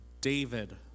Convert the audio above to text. David